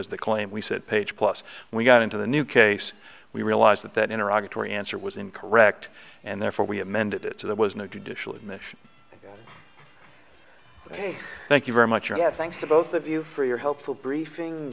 which as the claim we said page plus we got into the new case we realised that that interactive tory answer was incorrect and therefore we amended it so there was no judicial admission ok thank you very much you have thanks to both of you for your helpful briefing